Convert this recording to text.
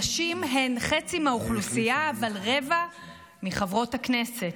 נשים הן חצי מהאוכלוסייה אבל רבע מחברות הכנסת,